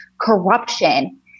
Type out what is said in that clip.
corruption